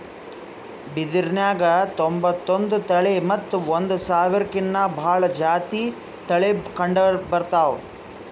ಬಿದಿರ್ನ್ಯಾಗ್ ತೊಂಬತ್ತೊಂದು ತಳಿ ಮತ್ತ್ ಒಂದ್ ಸಾವಿರ್ಕಿನ್ನಾ ಭಾಳ್ ಜಾತಿ ತಳಿ ಕಂಡಬರ್ತವ್